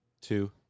two